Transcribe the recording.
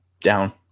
down